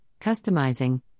customizing